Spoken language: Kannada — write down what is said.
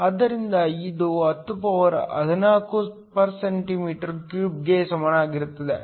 ಆದ್ದರಿಂದ ಇದು 1014 cm 3 ಗೆ ಸಮನಾಗಿರುತ್ತದೆ